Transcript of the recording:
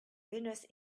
venus